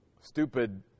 stupid